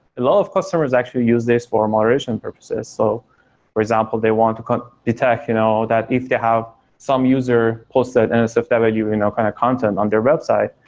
a lot of customers actually use this for moderation purposes. so for example they want to detect you know that if they have some user posted nsfw you know kind of content on their website,